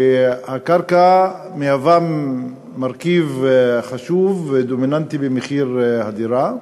שהקרקע מהווה מרכיב חשוב ודומיננטי במחיר הדירה,